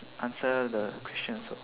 answer the questions so